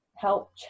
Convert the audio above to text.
help